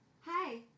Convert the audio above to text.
Hi